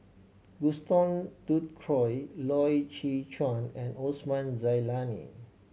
Gaston Dutronquoy Loy Chye Chuan and Osman Zailani